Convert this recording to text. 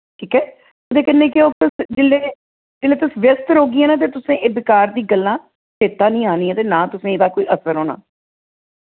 ठीक ऐ एह्दे कन्नै केह् होग जेल्लै तुस व्यस्त रौह्गियां ना फिर तुसें ई एह् बेकार दियां गल्लां चेता नेईं आनियां ते ना तुसें गी एह्दा कोई असर होना